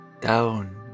down